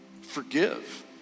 forgive